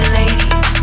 ladies